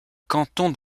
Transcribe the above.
canton